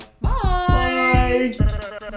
Bye